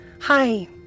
Hi